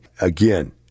Again